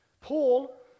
Paul